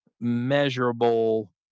measurable